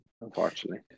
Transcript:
unfortunately